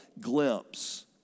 glimpse